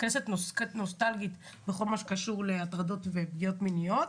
כנסת נוסטלגית בכל מה שקשור להטרדות ופגיעות מיניות.